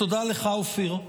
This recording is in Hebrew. תודה לך, אופיר,